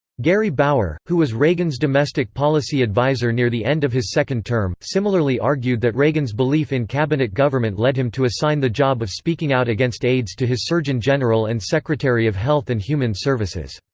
gary bauer, who was reagan's domestic policy adviser near the end of his second term, similarly argued that reagan's belief in cabinet government led him to assign the job of speaking out against aids to his surgeon general and secretary of health and human services.